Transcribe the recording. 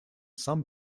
some